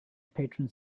patron